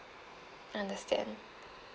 understand